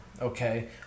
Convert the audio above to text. okay